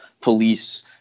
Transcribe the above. police